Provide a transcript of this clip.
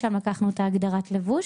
משם לקחנו את הגדרת הלבוש.